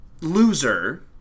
Loser